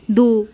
ਦੋ